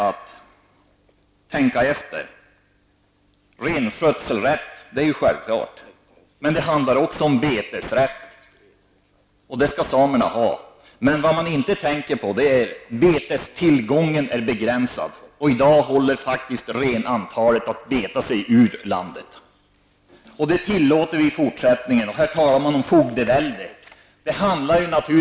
Att man har renskötselrätt är självklart, men det handlar också om betesrätt, och det skall samerna ha för sina renar, men vad man inte tänker på är att betestillgången är begränsad, och i dag håller renarna faktiskt på grund av sitt antal på att beta sig ut ur landet. Och det tillåter vi i fortsättningen. Och här talar man om fogdevälde!